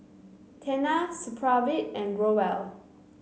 Tena Supravit and Growell